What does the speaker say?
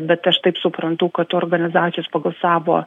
bet aš taip suprantu kad organizacijos pagal savo